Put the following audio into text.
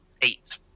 eight